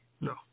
no